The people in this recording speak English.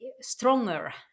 stronger